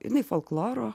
jinai folkloro